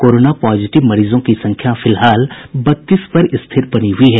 corona positive मरीजों की संख्या फिलहाल बत्तीस पर स्थिर बनी हुई है